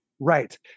Right